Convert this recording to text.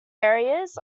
areas